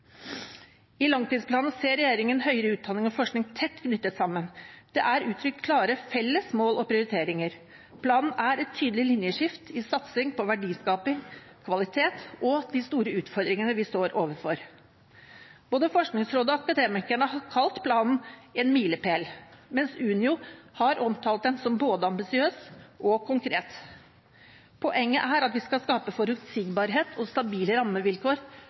I langtidsplanen ser regjeringen høyere utdanning og forskning tett knyttet sammen. Det er uttrykt klare felles mål og prioriteringer. Planen er et tydelig linjeskift i satsing på verdiskaping, kvalitet og de store utfordringene vi står overfor. Både Forskningsrådet og Akademikerne har kalt planen en milepæl, mens Unio har omtalt den som både ambisiøs og konkret. Poenget er at vi skal skape forutsigbarhet og stabile rammevilkår